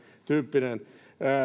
sentyyppinen